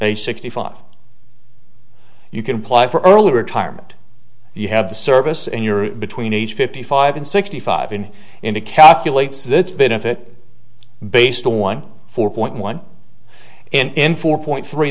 a sixty five you can apply for early retirement you have the service and you're between age fifty five and sixty five in india calculates that's been if it based a one four point one in four point three